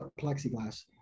plexiglass